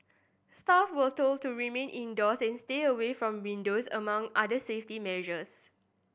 staff were told to remain indoors and stay away from windows among other safety measures